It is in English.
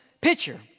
picture